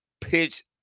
pitch